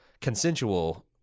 consensual